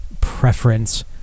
preference